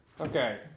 Okay